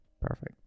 Perfect